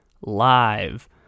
live